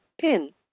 PIN